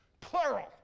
plural